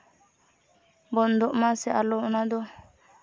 ᱵᱚᱱᱫᱚᱜᱼᱢᱟ ᱥᱮ ᱟᱞᱚ ᱚᱱᱟ ᱫᱚ